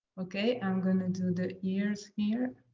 okay. i'm gonna do the ears here.